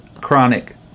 chronic